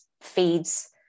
feeds